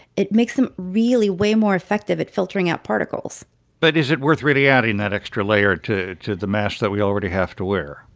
it makes them really way more effective at filtering out particles but is it worth really adding that extra layer to to the masks that we already have to wear?